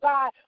God